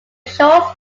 short